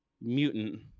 mutant